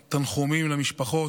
שיהפכו להיות ממש מנוע של צמיחה,